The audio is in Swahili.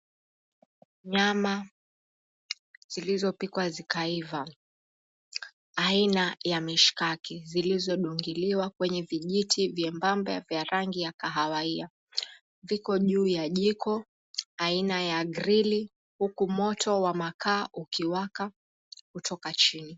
Nyama zilizopikwa zikaiva aina ya mishikaki zilizodungiliwa kwenye vijiti vyembamba vya rangi ya kahawia viko juu ya jiko aina ya grili huku moto wa makaa ukiwaka kutoka chini.